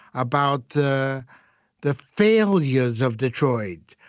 about the the failures of detroit.